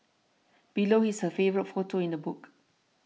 below is her favourite photo in the book